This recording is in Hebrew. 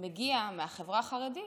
מגיע מהחברה החרדית,